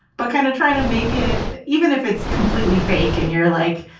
but kind of trying to make it, it, even if it's completely fake and you're like,